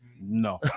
No